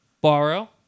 Borrow